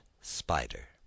Spider